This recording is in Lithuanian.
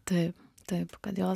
taip taip kodėl